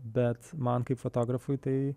bet man kaip fotografui tai